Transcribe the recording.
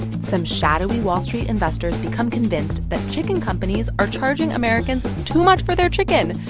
some shadowy wall street investors become convinced that chicken companies are charging americans too much for their chicken,